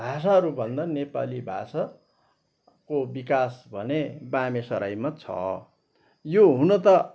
भाषाहरूभन्दा नेपाली भाषाको विकास भने बामे सराइमा छ यो हुन त